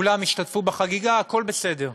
כולם השתתפו בחגיגה, הכול בסדר.